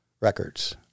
Records